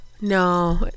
No